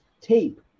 tape